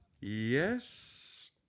Yes